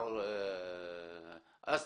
מה הכוונה?